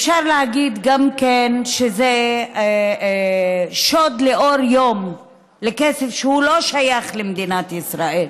אפשר להגיד גם כן שזה שוד לאור יום של כסף שהוא לא שייך למדינת ישראל,